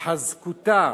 התחזקותה